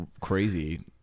crazy